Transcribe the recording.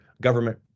government